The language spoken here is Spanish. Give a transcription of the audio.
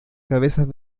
cabezas